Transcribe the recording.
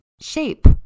shape